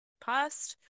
past